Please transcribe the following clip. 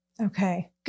Okay